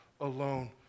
alone